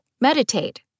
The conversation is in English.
meditate